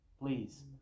Please